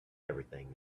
everything